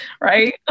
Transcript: Right